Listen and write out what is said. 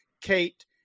Kate